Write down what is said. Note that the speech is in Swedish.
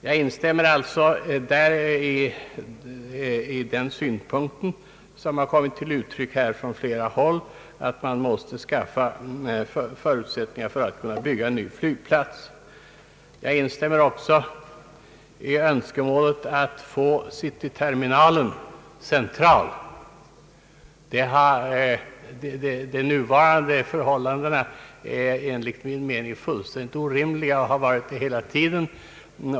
Jag instämmer alltså i de synpunkter som kommit till uttryck här från flera håll om att man måste skapa förutsättningar för att kunna bygga en ny flygplats. Jag instämmer också i önskemålet att cityterminalen placeras centralt. De nuvarande förhållandena är enligt min mening fullständigt orimliga och har varit det hela tiden.